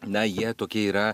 na jie tokie yra